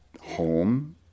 home